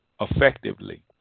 effectively